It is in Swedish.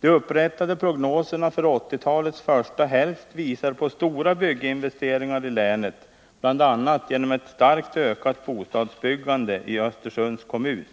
De upprättade prognoserna för 1980-talets första hälft visar på stora bygginvesteringar i länet, bl.a. genom ett starkt ökat bostadsbyggande i Östersunds kommun.